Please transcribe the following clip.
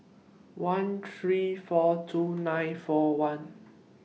one three four two nine four one